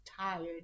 tired